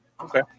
Okay